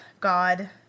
God